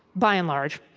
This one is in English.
by and large,